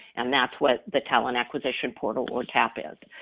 and that's what the talent acquisition portal or tap is.